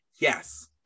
yes